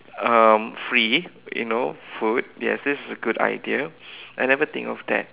um free you know food yes this is a good idea I never think of that